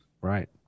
Right